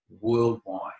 worldwide